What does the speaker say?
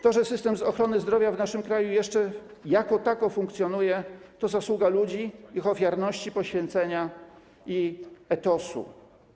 To, że system ochrony zdrowia w naszym kraju jeszcze jako tako funkcjonuje, to zasługa ludzi, ich ofiarności, poświęcenia i etosu.